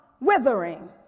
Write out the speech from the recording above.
withering